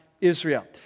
Israel